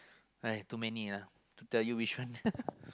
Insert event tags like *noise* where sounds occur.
*noise* too many ah to tell you which one *laughs*